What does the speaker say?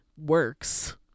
works